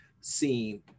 seen